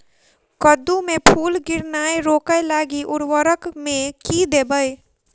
कद्दू मे फूल गिरनाय रोकय लागि उर्वरक मे की देबै?